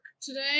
today